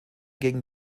gegen